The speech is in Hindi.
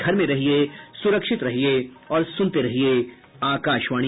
घर में रहिये सुरक्षित रहिये और सुनते रहिये आकाशवाणी